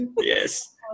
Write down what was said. Yes